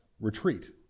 retreat